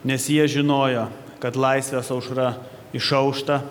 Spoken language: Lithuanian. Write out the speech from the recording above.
nes jie žinojo kad laisvės aušra išaušta